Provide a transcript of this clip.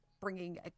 bringing